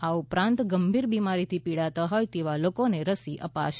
આ ઉપરાંત ગંભીર બિમારીથી પીડાતા હોય તેવા લોકોને રસી અપાશે